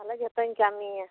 ᱛᱟᱦᱚᱞᱮ ᱡᱚᱛᱚᱧ ᱠᱟᱹᱢᱤᱭᱟ